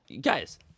guys